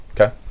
Okay